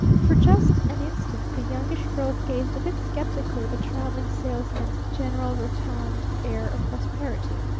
for just an instant the youngish girl gazed a bit skeptically the traveling salesman's general rotund air of prosperity.